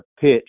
pitch